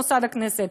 מוסד הכנסת.